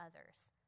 others